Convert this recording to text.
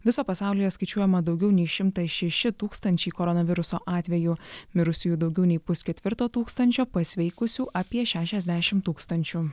viso pasaulyje skaičiuojama daugiau nei šimtas šeši tūkstančiai koronaviruso atvejų mirusiųjų daugiau nei pusketvirto tūkstančio pasveikusių apie šešiasdešimt tūkstančių